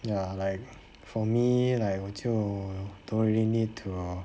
ya like for me like 我就 don't really need to